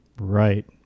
right